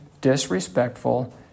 disrespectful